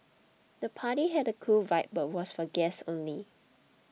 the party had a cool vibe but was for guests only